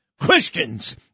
Christians